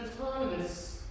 autonomous